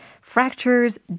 fractures